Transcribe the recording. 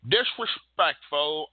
Disrespectful